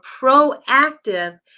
proactive